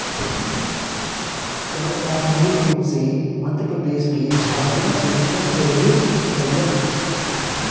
कड़कनाथ मूल रूप से मध्यप्रदेश के झाबुआ से सब जगेह फईलल